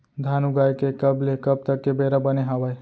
धान उगाए के कब ले कब तक के बेरा बने हावय?